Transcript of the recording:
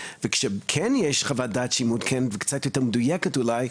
וכשכן יש חוות דעת שהיא מעודכנת וקצת יותר מדויקת אולי,